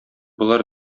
болар